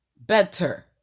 better